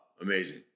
amazing